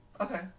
Okay